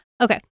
Okay